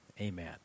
Amen